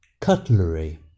cutlery